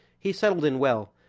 he settled in well,